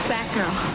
Batgirl